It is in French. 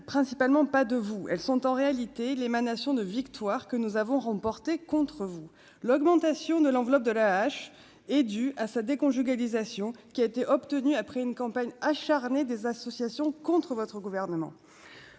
principalement, pas de vous, elles sont en réalité l'émanation de victoire que nous avons remporté contre vous, l'augmentation de l'enveloppe de la hache et due à sa déconjugalisation, qui a été obtenu après une campagne acharnée des associations contre votre gouvernement